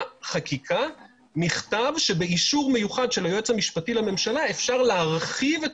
חקיקה נכתב שבאישור מיוחד של היועץ המשפטי לממשלה אפשר להרחיב את